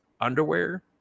underwear